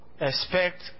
Expect